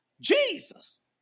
Jesus